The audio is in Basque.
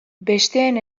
besteen